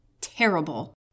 terrible